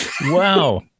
Wow